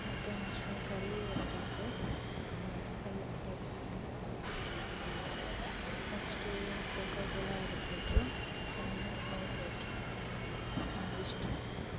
ಮತ್ತು mushroom curry ಎರಡಿರಲಿ ಹಾಂ ಸ್ಪೈಸ್ ಬೇಕು ನಂಗೆ ಹಾಂ ನೆಷ್ಟು ಕೋಕಾಕೋಲಾ ಎರಡು ಲೀಟ್ರು ಸೆವೆನ್ ಅಪ್ ಮೂರು ಲೀಟ್ರು ಹಾಂ ಇಷ್ಟು